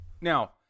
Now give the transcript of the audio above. now